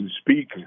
speak